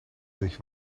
sich